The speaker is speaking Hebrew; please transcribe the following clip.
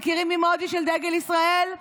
מכירים אימוג'י של דגל ישראל?